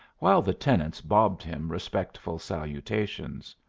while the tenants bobbed him respectful salutations.